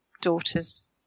daughter's